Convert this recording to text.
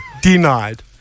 Denied